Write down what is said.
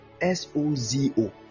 S-O-Z-O